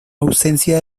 ausencia